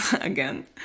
Again